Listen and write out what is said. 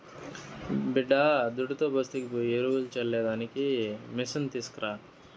బిడ్డాదుడ్డుతో బస్తీకి పోయి ఎరువులు చల్లే దానికి మిసను తీస్కరా